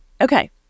Okay